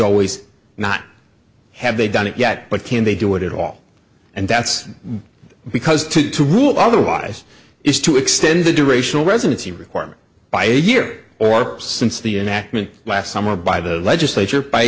always not have they done it yet but can they do it at all and that's because to rule otherwise is to extend the durational residency requirement by a year or since the enactment last summer by the legislature by